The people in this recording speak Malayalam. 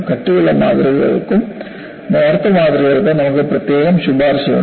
കട്ടിയുള്ള മാതൃകകൾക്കും നേർത്ത മാതൃകകൾക്കും നമുക്ക് പ്രത്യേകം ശുപാർശയുണ്ട്